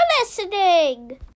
listening